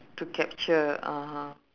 to capture (uh huh)